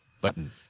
button